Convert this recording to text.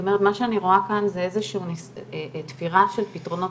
זאת אומרת מה שאני רואה כאן זה איזה שהיא תפירה של פתרונות